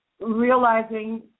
realizing